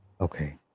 Okay